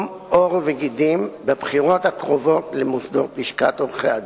עור וגידים בבחירות הקרובות למוסדות לשכת עורכי-הדין.